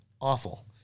awful